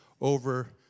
over